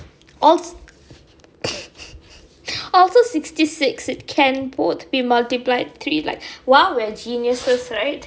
als~ also sixty six it can both be multiplied three like !wow! we're geniuses right